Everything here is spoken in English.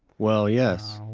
well, yes.